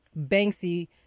Banksy